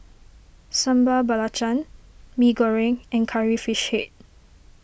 Sambal Belacan Mee Goreng and Curry Fish Head